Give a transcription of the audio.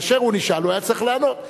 כאשר הוא נשאל, הוא היה צריך לענות.